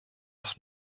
nach